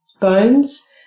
bones